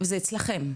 זה אצלכם?